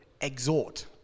exhort